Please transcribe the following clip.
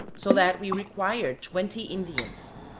so that we required twenty indians.